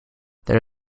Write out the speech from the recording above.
there